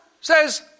says